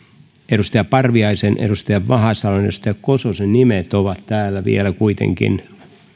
edustaja parviaisen edustaja vahasalon ja edustaja kososen nimet ovat täällä vielä